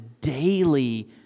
daily